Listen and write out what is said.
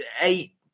eight